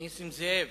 נסים זאב,